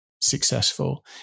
successful